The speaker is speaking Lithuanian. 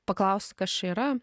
paklaust kas čia yra